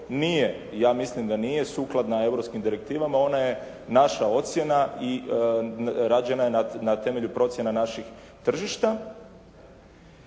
nije, ja mislim da nije sukladna europskim direktivama, ona je naša ocjena i rađena je na temelju procjena naših tržišta.